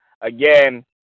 again